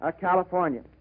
california